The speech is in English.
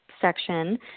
section